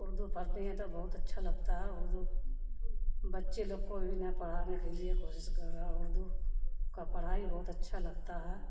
اردو پڑھتے ہیں تو بہت اچھا لگتا ہے اردو بچے لوگ کو بھی نا پڑھانے کے لیے کوشش کر رہا ہے اردو کا پڑھائی بہت اچھا لگتا ہے